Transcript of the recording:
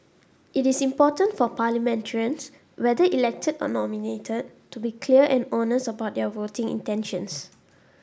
it is important for parliamentarians whether elected or nominated to be clear and honest about their voting intentions